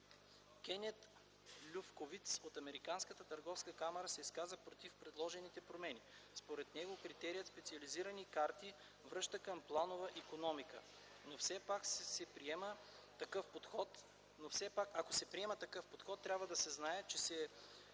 Кенет Лефковиц от Американска търговска камара се изказа против предложените промени. Според него, критерият специализирани карти връща към планова икономика. Но все пак ако се приеме такъв подход, трябва да се знае, че се е